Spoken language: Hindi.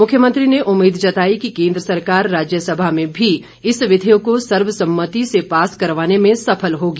मुख्यमंत्री ने उम्मीद जताई कि केंद्र सरकार राज्यसभा में भी इस विधेयक को सर्वसम्मति से पास करवाने में सफल होंगी